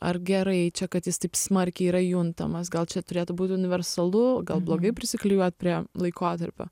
ar gerai čia kad jis taip smarkiai yra juntamas gal čia turėtų būti universalu gal blogai prisiklijuot prie laikotarpio